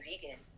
vegan